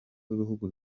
w’ibihugu